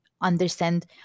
understand